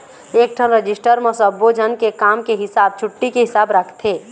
एकठन रजिस्टर म सब्बो झन के काम के हिसाब, छुट्टी के हिसाब राखथे